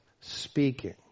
speaking